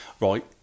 Right